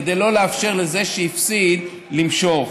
כדי לא לאפשר לזה שהפסיד למשוך.